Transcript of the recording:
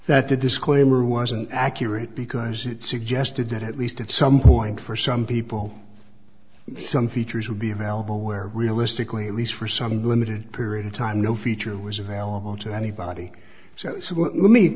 that the disclaimer wasn't accurate because it suggested that at least at some point for some people some features would be available where realistically at least for some limited period of time no feature was available to anybody so